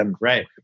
right